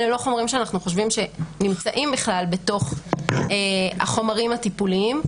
אלה לא חומרים שלדעתנו נמצאים בכלל בתוך החומרים הטיפוליים.